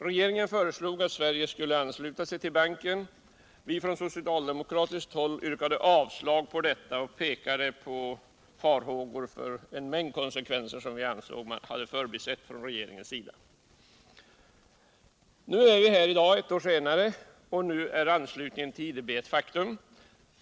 Regeringen föreslog att Sverige skulle ansluta sig till banken, medan vi socialdemokrater vrkade avslag på detta och pekade på en miingd negativa konsekvenser, som vi ansåg att regeringen hade förbisett. Nu är vi här ett år senare och anslutningen ull IDB är et faktum.